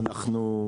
כן.